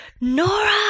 Nora